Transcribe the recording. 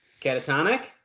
Catatonic